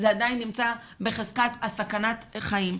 זה עדיין נמצא בחזקת סכנת חיים.